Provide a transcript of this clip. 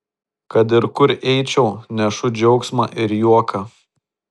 kad ir kur eičiau nešu džiaugsmą ir juoką